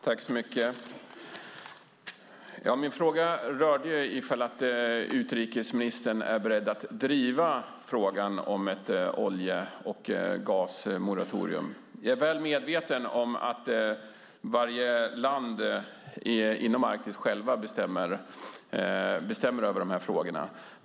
Herr talman! Min fråga var om utrikesministern är beredd att driva frågan om ett olje och gasmoratorium. Jag är väl medveten om att varje land i Arktis självt bestämmer över de här frågorna.